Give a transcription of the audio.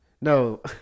No